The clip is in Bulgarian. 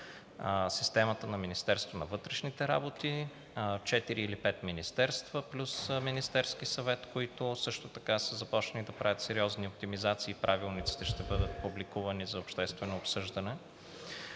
системата на Министерството на вътрешните работи, четири или пет министерства плюс Министерския съвет, които също така са започнали да правят сериозни оптимизации и правилниците ще бъдат публикувани за обществено обсъждане.